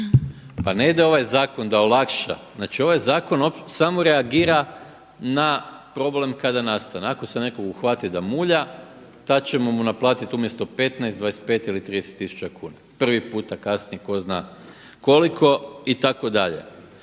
Pa ne ide ovaj zakon da olakša. Znači ovaj zakon samo reagira na problem kada nastane. Ako se nekog uhvati da mulja, tad ćemo mu naplatiti umjesto 15 15 ili 30 000 kuna. Prvi puta kasni, tko zna koliko itd.